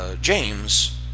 James